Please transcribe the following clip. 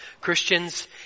Christians